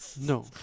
No